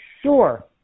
sure